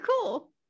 cool